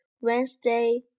Wednesday